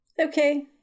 okay